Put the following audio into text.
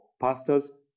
pastors